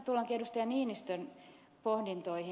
ville niinistön pohdintoihin